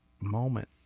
moment